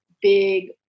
big